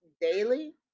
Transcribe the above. daily